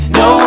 no